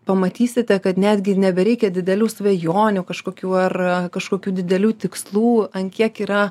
pamatysite kad netgi nebereikia didelių svajonių kažkokių ar kažkokių didelių tikslų ant kiek yra